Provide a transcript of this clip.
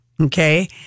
Okay